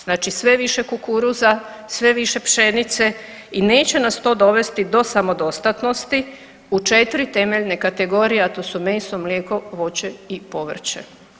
Znači sve više kukuruza, sve više pšenice i neće nas to dovesti do samodostatnosti u 4 temeljne kategorije, a to su meso, mlijeko, voće i povrće.